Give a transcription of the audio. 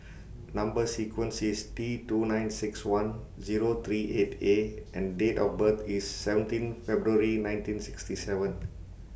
Number sequence IS T two nine six one Zero three eight A and Date of birth IS seventeen February nineteen sixty seven